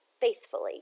faithfully